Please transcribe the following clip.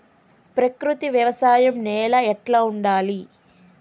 ప్రకృతి వ్యవసాయం నేల ఎట్లా ఉండాలి?